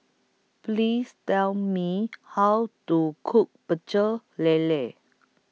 Please Tell Me How to Cook Pecel Lele